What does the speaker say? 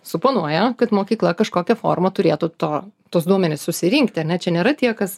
suponuoja kad mokykla kažkokia forma turėtų to tuos duomenis susirinkti ane čia nėra tie kas